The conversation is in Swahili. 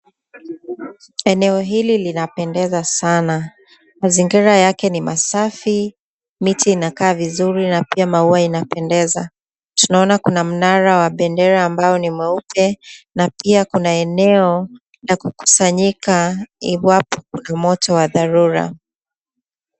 Eneo hili linapendeza sana, mazingira yake ni masafi, miti inakaa vizuri na pia maua yanapendeza. Tunaona kuna mnara wa bendera ambao ni mweupe na pia kuna eneo la kukusanyika iwapo kuna moto wa dharura.